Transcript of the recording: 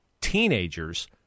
teenagers